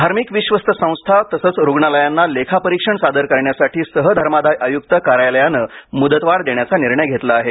धार्मिक विश्वस्त संस्था तसेच रुग्णालयांना लेखापरीक्षण सादर करण्यासाठी सह धर्मादाय आयुक्त कार्यालयाने मुदत वाढ देण्याचा निर्णय घेतला आहे